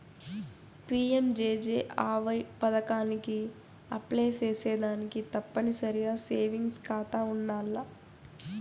PMJJAY పదకానికి apply సేసేదానికి తప్పనిసరిగా సేవింగ్స్ కాతా ఉండాల్ల